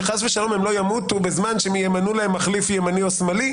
שחס ושלום הם לא ימותו בזמן שימנו להם מחליף ימני או שמאלני.